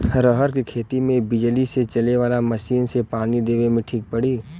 रहर के खेती मे बिजली से चले वाला मसीन से पानी देवे मे ठीक पड़ी?